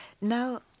Now